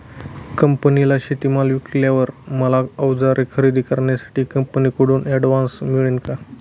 कंपनीला शेतीमाल विकल्यावर मला औजारे खरेदी करण्यासाठी कंपनीकडून ऍडव्हान्स मिळेल का?